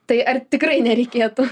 tai ar tikrai nereikėtų